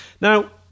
Now